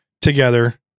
together